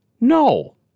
No